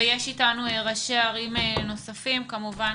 נמצאים אתנו ראשי ערים נוספים וכמובן